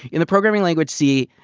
in the programming language c,